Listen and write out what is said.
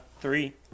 three